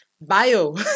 Bio